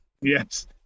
Yes